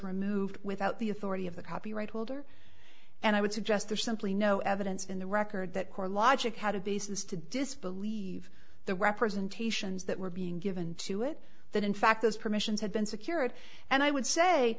removed without the authority of the copyright holder and i would suggest there's simply no evidence in the record that core logic had a basis to disbelieve the representations that were being given to it that in fact those permissions had been secured and i would say